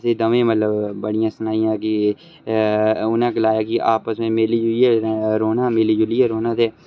दवें मतलब बड़ियां सनाइयां कि उटनें गलाया कि आपस में मिली जुलियै रे रौह्ना मिली जुलियै रौह्ना ते